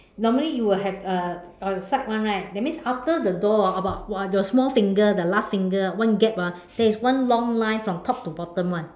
normally you would have a a side one right that means after the door about your small finger the last finger one gap ah there is one long line from top to bottom [one]